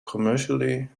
commercially